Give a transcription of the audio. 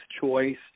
Choice